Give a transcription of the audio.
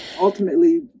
ultimately